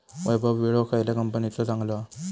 वैभव विळो खयल्या कंपनीचो चांगलो हा?